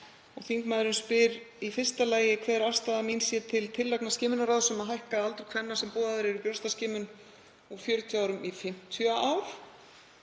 Þingmaðurinn spyr í fyrsta lagi hver afstaða mín sé til tillagna skimunarráðs um að hækka aldur kvenna sem boðaðar eru í brjóstaskimun úr 40 árum í 50 ár.